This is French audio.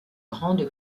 grande